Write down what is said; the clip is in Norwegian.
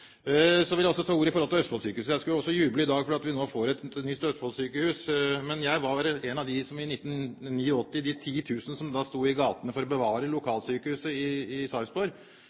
Så vil jeg også ta ordet med hensyn til Sykehuset Østfold. Jeg jubler også i dag over at vi nå får et nytt østfoldsykehus. Jeg var en av dem, de titusen, som i 1989 sto i gatene for å bevare lokalsykehuset i